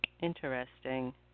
Interesting